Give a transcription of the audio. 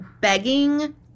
begging